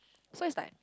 so is like